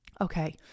Okay